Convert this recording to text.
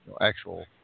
actual